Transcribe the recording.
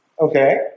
Okay